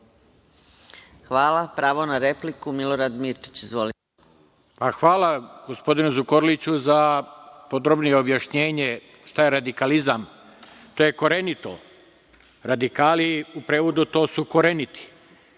Hvala. Pravo na repliku, Milorad Mirčić. Izvolite. **Milorad Mirčić** Hvala gospodinu Zukorliću za podrobnije objašnjenje šta je radikalizam. To je korenito. Radikali, u prevodu, to su koreniti.